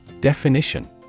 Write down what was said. Definition